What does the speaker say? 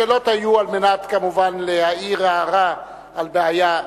השאלות היו על מנת, כמובן, להעיר הערה על בעיה.